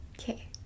Okay